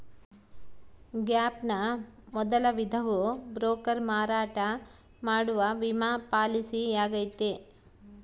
gap ನ ಮೊದಲ ವಿಧವು ಬ್ರೋಕರ್ ಮಾರಾಟ ಮಾಡುವ ವಿಮಾ ಪಾಲಿಸಿಯಾಗೈತೆ